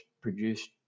produced